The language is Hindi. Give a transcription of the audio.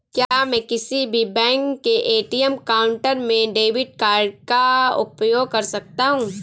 क्या मैं किसी भी बैंक के ए.टी.एम काउंटर में डेबिट कार्ड का उपयोग कर सकता हूं?